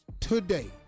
today